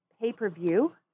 pay-per-view